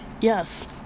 Yes